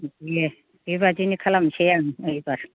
दे बेबादिनो खालामनोसै आं एबार